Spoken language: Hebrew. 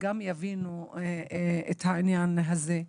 גם יבינו את העניין הזה.